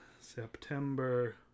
September